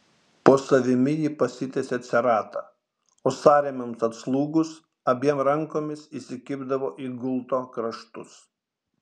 po savimi ji pasitiesė ceratą o sąrėmiams atslūgus abiem rankomis įsikibdavo į gulto kraštus